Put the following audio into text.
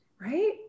right